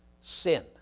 sin